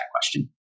question